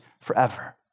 forever